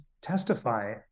testify